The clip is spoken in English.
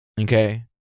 Okay